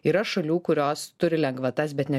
yra šalių kurios turi lengvatas bet ne